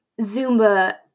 Zumba